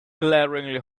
glaringly